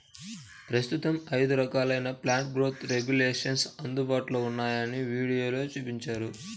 ప్రస్తుతం ఐదు రకాలైన ప్లాంట్ గ్రోత్ రెగ్యులేషన్స్ అందుబాటులో ఉన్నాయని వీడియోలో చూపించారు